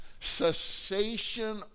cessation